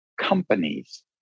companies